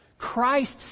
Christ